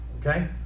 Okay